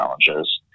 challenges